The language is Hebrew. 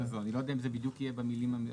אני לא יודע אם זה יהיה בדיוק במלים האלה.